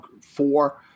four